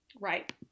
right